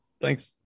Thanks